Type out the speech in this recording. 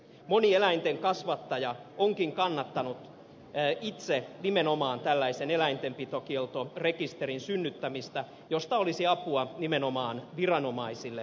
moni eläinten kasvattaja onkin kannattanut itse nimenomaan tällaisen eläintenpitokieltorekisterin synnyttämistä josta olisi apua nimenomaan viranomaisille valvonnassa